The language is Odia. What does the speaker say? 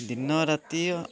ଦିନ ରାତି